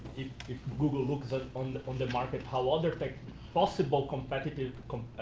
if google looks on the on the market how other possible competitive,